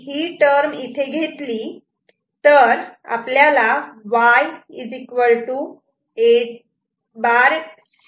C term घेतली तर इथे Y A'